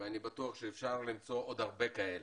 ואני בטוח שאפשר למצוא עוד הרבה כאלה,